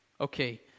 Okay